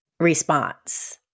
response